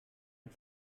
und